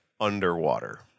underwater